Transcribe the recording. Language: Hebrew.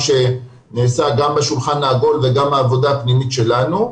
שנעשה גם בשולחן העגול וגם בעבודה הפנימית שלנו,